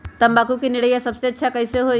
तम्बाकू के निरैया सबसे अच्छा कई से होई?